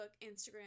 Instagram